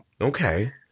Okay